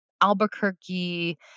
Albuquerque